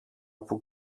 που